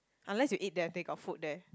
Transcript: unless you eat there they got food there